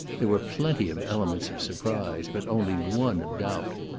there were plenty of elements of surprise, but only one of doubt.